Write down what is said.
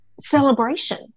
celebration